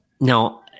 Now